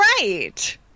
right